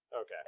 Okay